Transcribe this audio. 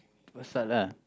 itu pasal lah